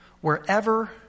wherever